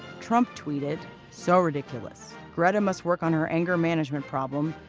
trump tweeted so ridiculous. greta must work on her anger management problem,